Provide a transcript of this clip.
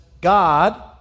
God